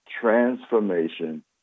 transformation